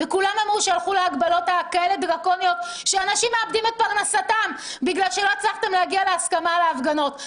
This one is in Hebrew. אנשים מאבדים את פרנסתם בגלל שלא הצלחתם להגיע להסכמה על ההפגנות.